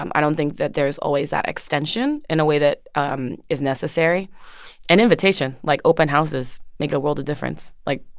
um i don't think that there's always that extension in a way that um is necessary an invitation, like open houses, make a world of difference. like,